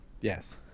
Yes